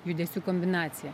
judesių kombinaciją